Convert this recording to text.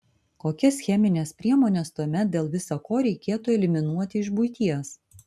kokias chemines priemones tuomet dėl visa ko reikėtų eliminuoti iš buities